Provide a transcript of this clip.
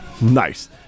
nice